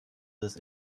des